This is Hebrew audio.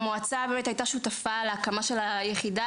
המועצה באמת היתה שותפה להקמה של היחידה